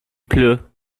pleu